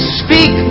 speak